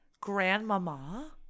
Grandmama